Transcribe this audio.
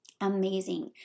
amazing